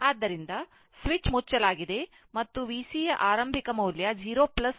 ಆದ್ದರಿಂದ ಸ್ವಿಚ್ ಮುಚ್ಚಲಾಗಿದೆ ಮತ್ತು VC ಯ ಆರಂಭಿಕ ಮೌಲ್ಯ 0 ಅನ್ನು 3 volt ಎಂದು ನೀಡಲಾಗಿದೆ